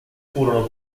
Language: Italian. furono